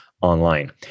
online